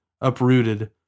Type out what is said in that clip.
uprooted